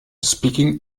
speaking